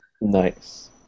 Nice